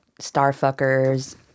Starfuckers